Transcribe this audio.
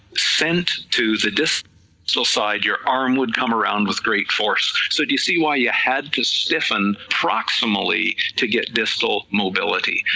sent to the distal so side, your arm would come around with great force, so do you see why you had to stiffen approximately to get distal mobility,